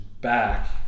back